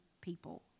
people